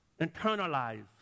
Internalize